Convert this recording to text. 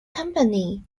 company